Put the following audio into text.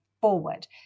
forward